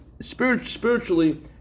spiritually